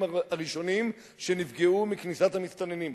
הראשונים שנפגעו מכניסת המסתננים.